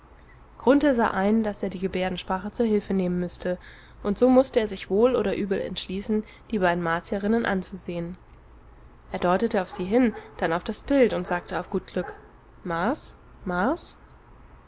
grunthe sah ein daß er die gebärdensprache zu hilfe nehmen müsse und so mußte er sich wohl oder übel entschließen die beiden martierinnen anzusehen er deutete auf sie hin dann auf das bild und sagte auf gut glück mars mars